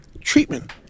treatment